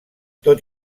tot